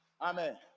Amen